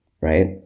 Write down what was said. right